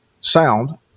sound